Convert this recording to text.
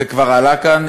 זה כבר עלה כאן,